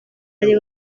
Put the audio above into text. ari